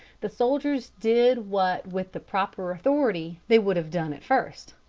the soldiers did what with the proper authority they would have done at first,